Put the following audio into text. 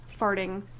farting